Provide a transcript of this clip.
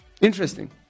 Interesting